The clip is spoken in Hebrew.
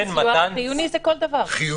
חיוני זה כל דבר.